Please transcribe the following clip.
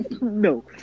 No